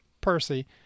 Percy